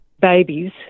babies